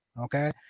Okay